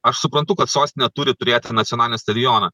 aš suprantu kad sostinė turi turėti nacionalinį stadioną